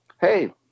hey